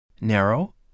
Narrow